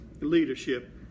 leadership